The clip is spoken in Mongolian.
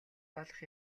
болох